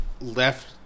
left